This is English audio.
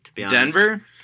denver